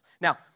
Now